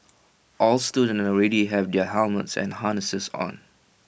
all students already have their helmets and harnesses on